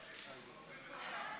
אנחנו עוברים